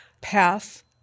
path